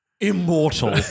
immortal